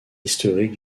historique